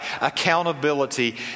accountability